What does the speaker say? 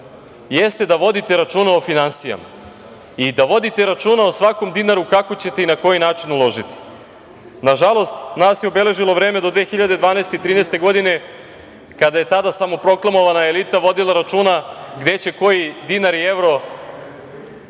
jeste da vodite računa o finansijama i da vodite računa o svakom dinaru kako ćete i na koji način uložiti. Nažalost, nas je obeležilo vreme do 2012/2013. godine, kada je tada samoproklamovana elita vodila računa gde će koji dinar i evro